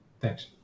Thanks